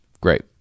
Great